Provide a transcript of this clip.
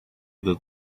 that